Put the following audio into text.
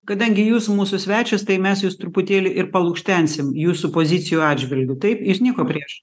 kadangi jūs mūsų svečias tai mes jus truputėlį ir palukštensim jūsų pozicijų atžvilgiu taip ir nieko prieš